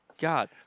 God